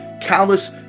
Callous